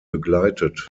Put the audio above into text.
begleitet